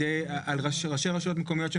ראשי רשויות מקומיות,